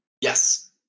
Yes